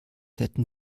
hätten